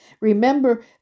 Remember